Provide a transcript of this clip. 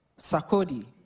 Sakodi